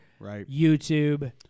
YouTube